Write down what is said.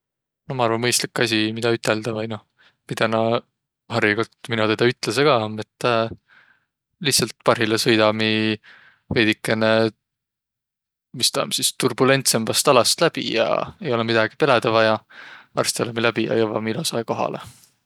No maru mõistlik asi, midä üteldäq vai noh, midä näq hariligult mino teedäq ütleseq ka, om, et lihtsält parhillaq sõidamiq veidikene, mis ta om sis, turbulentsembäst alast läbi ja ei olõq midägi pelädäq vaja. Varsti olõmiq läbi ja jõvvamiq ilosahe kohalõ.